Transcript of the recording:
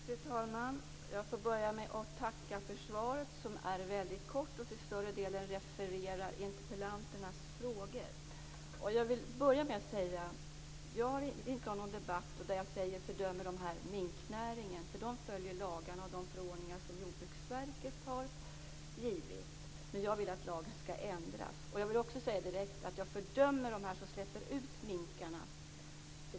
Fru talman! Låt mig börja med att tacka för svaret som är väldigt kort och till större delen refererar interpellanternas frågor. Jag vill börja med att säga att jag inte vill ha en debatt där jag fördömer minknäringen. Den följer lagarna och de förordningar som Jordbruksverket har gett ut. Men jag vill att lagen skall ändras. Jag vill också säga direkt att jag fördömer dem som släpper ut minkarna.